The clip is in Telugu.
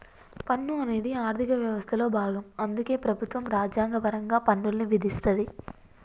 పన్ను అనేది ఆర్థిక వ్యవస్థలో భాగం అందుకే ప్రభుత్వం రాజ్యాంగపరంగా పన్నుల్ని విధిస్తది